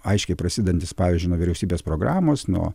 aiškiai prasidedantis pavyzdžiui nuo vyriausybės programos nuo